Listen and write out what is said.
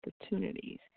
opportunities